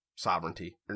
Sovereignty